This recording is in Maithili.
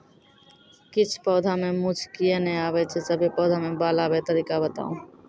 किछ पौधा मे मूँछ किये नै आबै छै, सभे पौधा मे बाल आबे तरीका बताऊ?